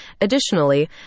Additionally